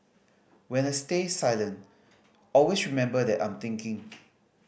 when I stay silent always remember that I'm thinking